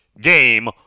game